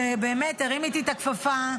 שבאמת הרים איתי את הכפפה,